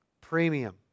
premium